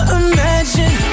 imagine